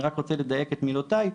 אני רק רוצה לדייק את מילותיי,